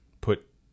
put